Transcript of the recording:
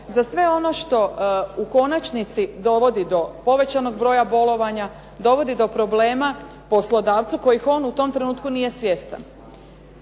za sve ono što u konačnici dovodi do povećanog broja bolovanja, dovodi do problema poslodavcu kojih on u tom trenutku nije svjestan.